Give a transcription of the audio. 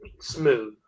smooth